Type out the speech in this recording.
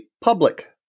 public